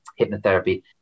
hypnotherapy